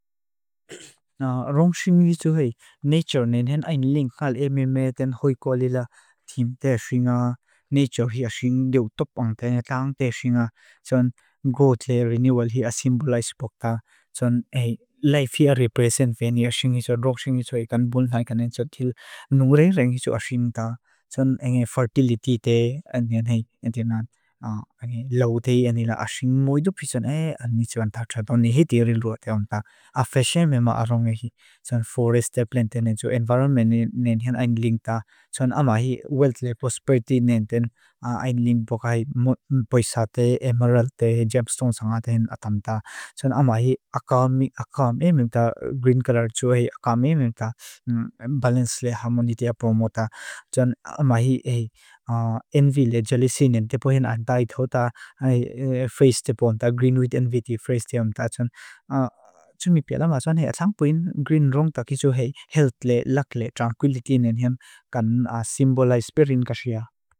Rongshing isu hoi nature nenhen ayn ling xaal ememe ten hoi koalila tim te ashinga. Nature hi ashinga deo topang tene taang te ashinga. Tson god le renewal hi asimbolize bokta. Tson hai life hi a represent veni ashinga iso. Rongshing isu hoi kanbunlai kanenso til nureng reng isu ashinga ta. Tson enge fertility te enge na lau te enge la ashinga. Tson muidupi tson ani tsewan tatra pang ni hiti ri lua te onda. Afeshe me maa rongeshi. Tson forest te plentene. Tson environment nenhen ayn ling ta. Tson ama hi wealth le prosperity nenhen ayn ling boka hi poisa te, emerald te, gemstone sanga ten atam ta. Tson ama hi akam emem ta, green color tso he akam emem ta. Balance le harmonita promo ta. Tson ama hi envy le jalisinen. Tepohen a dyed ho ta, face tepohen ta, green with envy te face te om ta tson. Tsun mi piata maa tson he achangpuin green rong ta kisu he health le luck le tranquility nenhen kanen asimbolize peringashia.